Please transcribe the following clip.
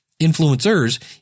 influencers